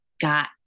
got